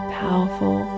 powerful